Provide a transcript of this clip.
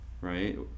right